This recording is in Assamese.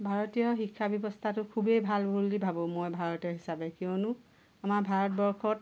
ভাৰতীয় শিক্ষা ব্যৱস্থাটো খুবেই ভাল বুলি ভাবোঁ মই ভাৰতীয় হিচাপে কিয়নো আমাৰ ভাৰতবৰ্ষত